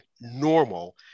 normal